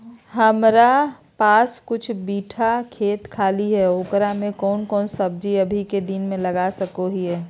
हमारा पास कुछ बिठा खेत खाली है ओकरा में कौन कौन सब्जी अभी के दिन में लगा सको हियय?